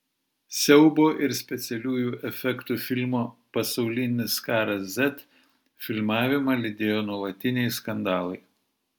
siaubo ir specialiųjų efektų filmo pasaulinis karas z filmavimą lydėjo nuolatiniai skandalai